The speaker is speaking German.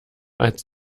als